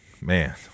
man